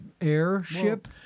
airship